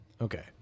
Okay